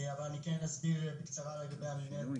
אבל כן אסביר בקצרה לגבי מינהלת האכיפה.